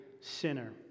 sinner